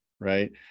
right